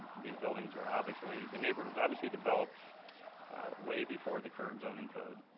these buildings were obviously the neighborhood was obviously developed way before the current zoning code.